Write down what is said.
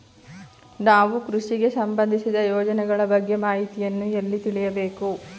ನಾವು ಕೃಷಿಗೆ ಸಂಬಂದಿಸಿದ ಯೋಜನೆಗಳ ಬಗ್ಗೆ ಮಾಹಿತಿಯನ್ನು ಎಲ್ಲಿ ತಿಳಿಯಬೇಕು?